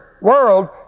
world